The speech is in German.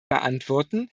beantworten